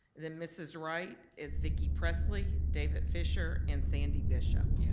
then mrs. wright is vicki presley, david fisher and sandy bishop.